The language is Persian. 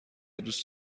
دوست